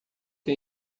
que